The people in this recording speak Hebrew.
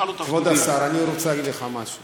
כבוד השר, אני רוצה להגיד לך משהו.